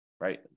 right